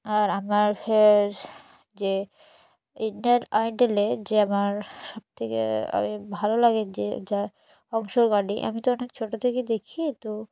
আর আমার ফের যে ইন্ডিয়ান আইডলে যে আমার সবথেকে আমি ভালো লাগে যে যার অংশগ্রহণকারী আমি তো অনেক ছোট থেকে দেখি তো